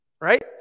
right